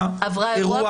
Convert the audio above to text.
עברה אירוע אלים.